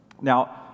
Now